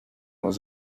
was